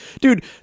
dude